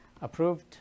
approved